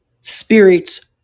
spirits